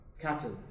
cattle